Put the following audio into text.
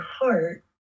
heart